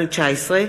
(גמלאות)